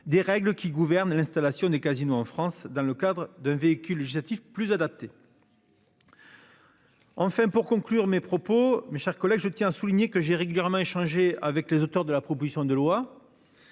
des règles qui gouvernent l'installation des casinos en France dans le cadre d'un véhicule législatif plus adapté. Enfin pour conclure, mes propos. Mes chers collègues, je tiens à souligner que j'ai régulièrement échanger avec les auteurs de la proposition de loi.